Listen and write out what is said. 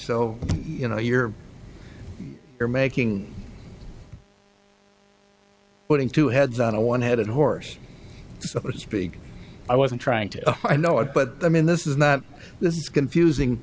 so you know you're you're making putting two heads on a one headed horse so to speak i wasn't trying to i know it but i mean this is not this is confusing